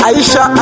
Aisha